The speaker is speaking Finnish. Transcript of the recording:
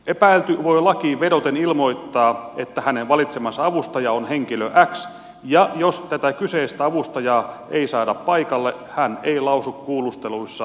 epäilty voi lakiin vedoten ilmoittaa että hänen valitsemansa avustaja on henkilö x ja jos tätä kyseistä avustajaa ei saada paikalle hän ei lausu kuulusteluissa sanaakaan